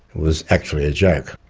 was actually a joke.